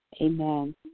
Amen